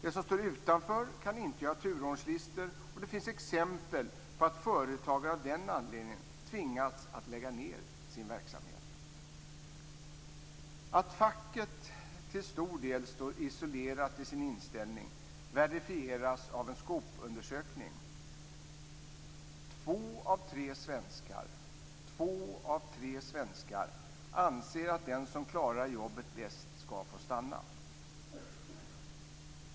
De som står utanför kan inte göra turordningslistor, och det finns exempel på att företagare av den anledningen har tvingats att lägga ned sin verksamhet. Att facket till stor del står isolerat i sin inställning verifieras av en Skop-undersökning. Två av tre svenskar anser att den som klarar jobbet bäst skall få stanna.